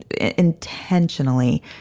intentionally